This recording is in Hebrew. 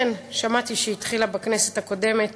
כן כן, שמעתי שהתחילה בכנסת הקודמת